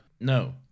No